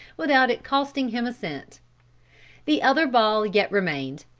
without it costing him a cent the other ball yet remained.